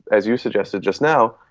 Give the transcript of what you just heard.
as you suggested just now,